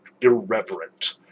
irreverent